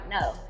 No